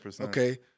okay